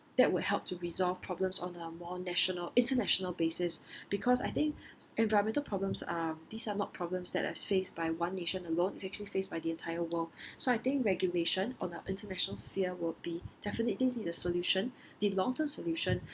that would help to resolve problems on a more national international basis because I think environmental problems are these are not problems that as faced by one nation alone it's actually faced by the entire world so I think regulation on an international sphere would be definitely be the solution the long term solution